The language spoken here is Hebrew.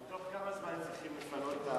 בתוך כמה זמן צריכים לפנות?